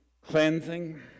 cleansing